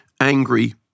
angry